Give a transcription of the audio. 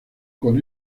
con